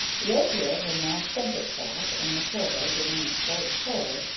the opiate had now spent itself, and matilda, giving a slight shudder,